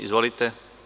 Izvolite.